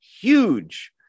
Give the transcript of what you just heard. huge